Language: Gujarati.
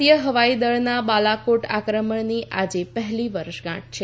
ભારતીય હવાઈદળના બાલાકોટ આક્રમણની આજે પહેલી વર્ષગાંઠ છે